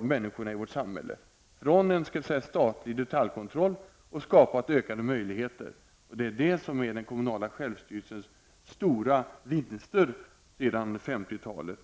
människorna i vårt samhälle från en statlig detaljkontroll och skapat ökade möjligheter. Det är den kommunala självstyrelsens stora vinster sedan 50-talet.